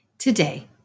Today